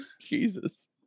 Jesus